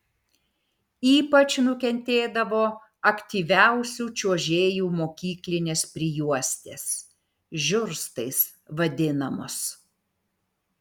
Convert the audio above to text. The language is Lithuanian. ypač nukentėdavo aktyviausių čiuožėjų mokyklinės prijuostės žiurstais vadinamos